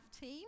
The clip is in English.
team